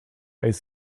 ice